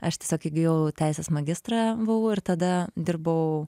aš tiesiog įgijau teisės magistrą vu ir tada dirbau